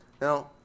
Now